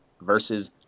versus